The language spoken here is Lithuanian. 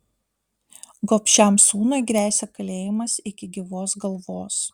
gobšiam sūnui gresia kalėjimas iki gyvos galvos